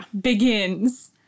Begins